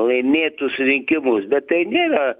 laimėtus rinkimus bet tai nėra